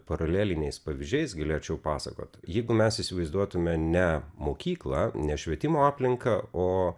paraleliniais pavyzdžiais galėčiau pasakot jeigu mes įsivaizduotume ne mokyklą ne švietimo aplinką o